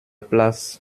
place